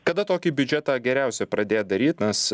kada tokį biudžetą geriausia pradėt daryt nes